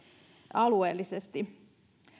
alueellisesti